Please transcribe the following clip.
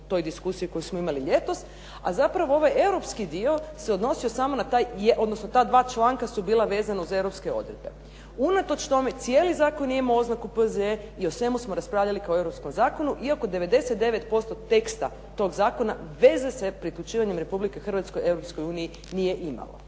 toj diskusiji koju smo imali ljetos, a zapravo ovaj europski dio se odnosio samo na taj, odnosno ta dva članka su bila vezana uz europske odredbe. Unatoč tome cijeli zakon je imao oznaku P.Z.E. i o svemu smo raspravljali kao o europskom zakonu, iako 99% teksta tog zakona veze sa priključivanjem Republike Hrvatske Europskoj